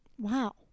Wow